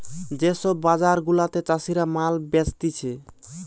যে সব বাজার গুলাতে চাষীরা মাল বেচতিছে